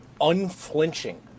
Unflinching